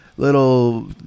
Little